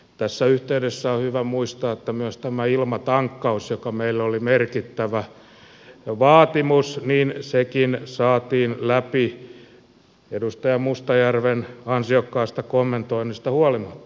tässä yhteydessä on hyvä muistaa että myös tämä ilmatankkaus joka meille oli merkittävä vaatimus saatiin läpi edustaja mustajärven ansiokkaasta kommentoinnista huolimatta